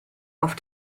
auf